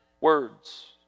Words